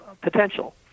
potential